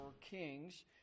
Kings